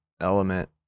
element